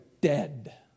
dead